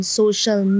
social